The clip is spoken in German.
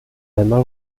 einmal